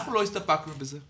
אנחנו לא הסתפקנו בזה.